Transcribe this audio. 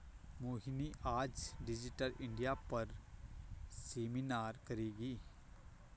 मोहिनी आज digital India पर seminar करेगी